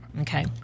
Okay